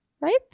right